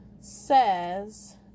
says